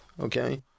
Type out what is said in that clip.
okay